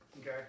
Okay